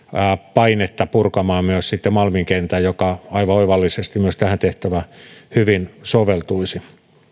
painetta purkamaan myös malmin kentän joka aivan oivallisesti myös tähän tehtävään hyvin soveltuisi